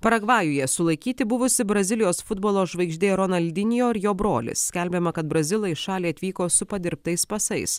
paragvajuje sulaikyti buvusi brazilijos futbolo žvaigždė ron aldinijo ir jo brolis skelbiama kad brazilai į šalį atvyko su padirbtais pasais